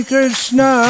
Krishna